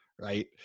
Right